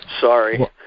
Sorry